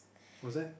was that